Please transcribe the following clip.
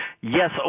yes